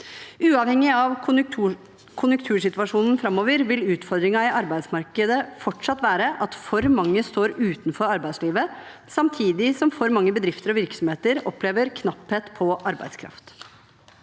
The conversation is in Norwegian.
Uavhengig av konjunktursituasjonen framover vil utfordringen i arbeidsmarkedet fortsatt være at for mange står utenfor arbeidslivet, samtidig som for mange bedrifter og virksomheter opplever knapphet på arbeidskraft.